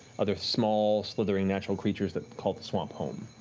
other small slithering natural creatures that call the swamp home.